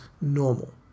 normal